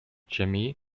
jimmy